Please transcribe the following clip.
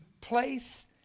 place